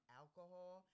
alcohol